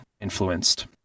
influenced